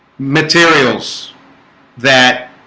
materials that